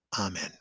Amen